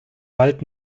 wald